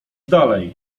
dalej